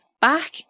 back